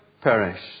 perish